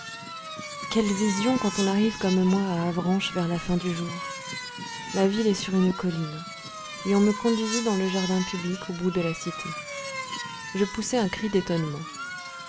quelle vision quand on arrive comme moi à avranches vers la fin du jour la ville est sur une colline et on me conduisit dans le jardin public au bout de la cité je poussai un cri d'étonnement